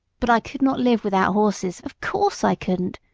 but i could not live without horses, of course i couldn't,